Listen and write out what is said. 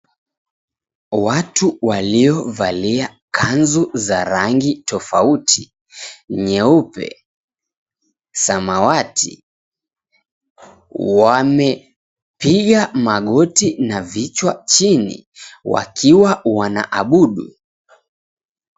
Watu waliovalia kanzu za rangi tofauti nyeupe, samawati, wamepiga magoti na vichwa chini wakiwa wanaabudu.